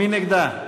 מי נגדה?